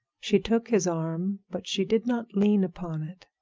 she took his arm, but she did not lean upon it.